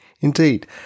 Indeed